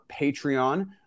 Patreon